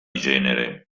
genere